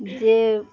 যে